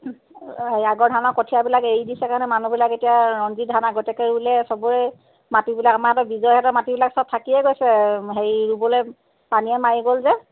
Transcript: আগৰ ধানৰ কঠীয়াবিলাক এৰি দিছে কাৰণে মানুহবিলাকে এতিয়া ৰঞ্জিতধান আগতীয়াকৈ ৰুলে চবৰে মাটিবিলাক আমাৰ সিহঁতৰ বিজয় হেঁতৰ মাটিবিলাক চব থাকিয়ে গৈছে হেৰি ৰুবলৈ পানীয়ে মাৰি গ'ল যে